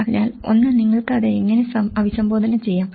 അതിനാൽ ഒന്ന് നിങ്ങൾക്ക് അത് എങ്ങനെ അഭിസംബോധന ചെയ്യാം